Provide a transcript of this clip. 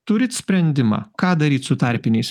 turit sprendimą ką daryt su tarpiniais